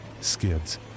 skids